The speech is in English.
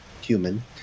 human